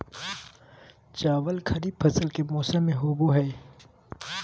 चावल खरीफ फसल के मौसम में होबो हइ